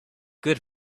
good